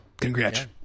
congrats